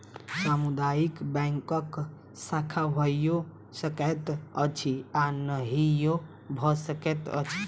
सामुदायिक बैंकक शाखा भइयो सकैत अछि आ नहियो भ सकैत अछि